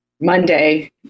Monday